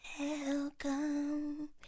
Welcome